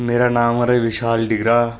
मेरा नांऽ महाराज बिशाल डिगरा